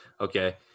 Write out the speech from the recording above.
Okay